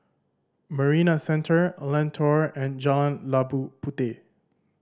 Marina Centre Lentor and Jalan Labu Puteh